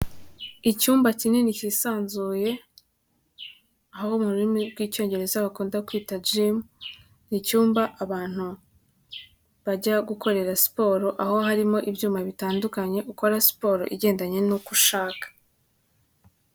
Icyumba kinini kisanzuye aho mu rurimi rw'icyongereza bakunda kuhita gimu, ni icyumba abantu bajya gukorera siporo aho harimo ibyuma bitandukanye ukora siporo igendanye n'uko ushaka.